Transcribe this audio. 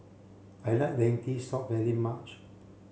I like Lentil soup very much